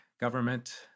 government